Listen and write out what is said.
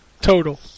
total